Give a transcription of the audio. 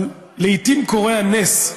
אבל לעיתים קורה הנס,